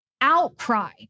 outcry